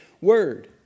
word